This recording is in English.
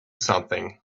something